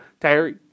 Terry